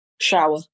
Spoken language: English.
Shower